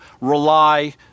rely